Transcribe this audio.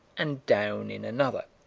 and down in another.